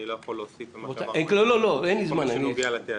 אני לא יכול להוסיף על מה שאמר המנכ"ל בכל מה שנוגע לתעדוף.